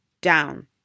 down